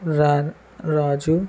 Rann Raju